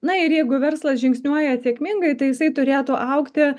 na ir jeigu verslas žingsniuoja sėkmingai tai jisai turėtų augti